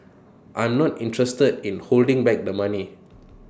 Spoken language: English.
I'm not interested in holding back the money